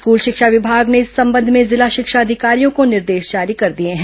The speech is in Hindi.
स्कूल शिक्षा विभाग ने इस संबंध में जिला शिक्षा अधिकारियों को निर्देश जारी कर दिए हैं